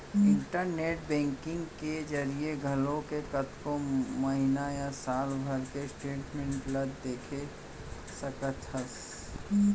internet banking के जरिए घलौक कतको महिना या साल भर के स्टेटमेंट ल देख सकत हस